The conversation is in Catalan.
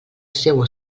seua